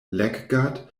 leggat